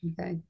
Okay